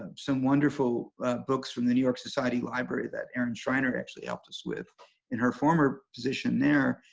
um some wonderful books from the new york society library that erin schreiner actually helped us with in her former position there.